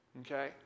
Okay